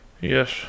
Yes